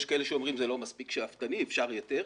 יש כאלה שאומרים שזה לא מספיק שאפתני ואפשר יותר,